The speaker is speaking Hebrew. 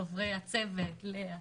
חברי הצוות לאה,